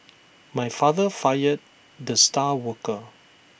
my father fired the star worker